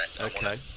Okay